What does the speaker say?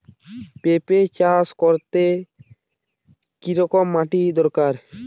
পেঁপে চাষ করতে কি রকম মাটির দরকার?